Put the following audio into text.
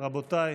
רבותיי,